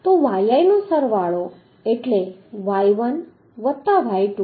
તો yi નો સરવાળો એટલે y1 વત્તા y2